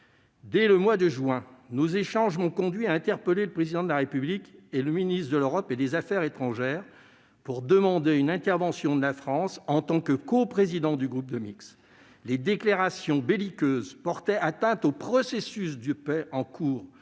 Dès le mois de juin, nos échanges m'ont conduit à interpeller le Président de la République et le ministre de l'Europe et des affaires étrangères pour demander une intervention de la France en tant que coprésidente du groupe de Minsk. Les déclarations belliqueuses portaient atteinte au processus de paix en cours